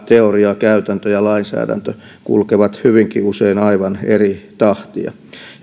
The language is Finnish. että teoria käytäntö ja lainsäädäntö kulkevat hyvinkin usein aivan eri tahtia